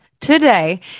today